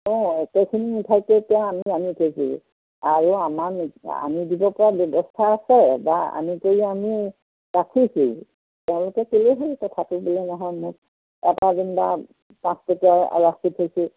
অ একেখিনি মিঠাইকে এতিয়া আমি আনি থৈছোঁ আৰু আমাৰ আনি দিব পৰা ব্যৱস্থা আছে বা আনি কৰি আমি ৰাখিছোঁও তেওঁলোকে ক'লেই হ'ল কথাটো বোলে নহয় মোক এটা যেনিবা পাঁচটকীয়া ৰাখি থৈছোঁ